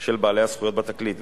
של בעלי הזכויות בתקליט,